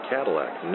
Cadillac